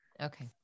Okay